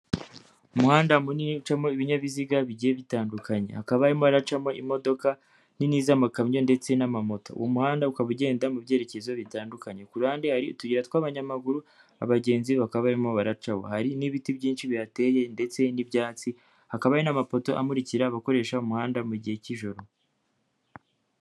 Umuhanda munini ucamo ibinyabiziga bigiye bitandukanye hakaba harimo haracamo imodoka nini z'amakamyo ndetse n'amamoto, uwo muhanda ukaba ugenda mu byerekezo bitandukanye, ku ruhande hari utuyira tw'abanyamaguru abagenzi bakaba barimo baracamo, hari n'ibiti byinshi bihateye ndetse n'ibyatsi, hakaba n'amapoto amurikira abakoresha umuhanda mu gihe cy'ijoro.